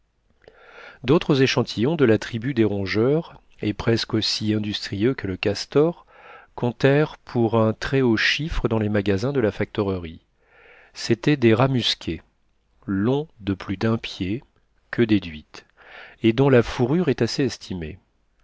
d'autres échantillons de la tribu des rongeurs et presque aussi industrieux que le castor comptèrent pour un très haut chiffre dans les magasins de la factorerie c'étaient des rats musqués longs de plus d'un pied queue déduite et dont la fourrure est assez estimée